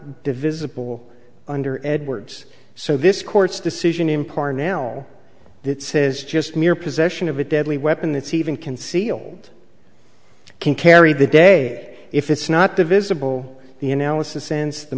divisible under edwards so this court's decision in part now that says just mere possession of a deadly weapon it's even concealed can carry the day if it's not divisible the analysis since the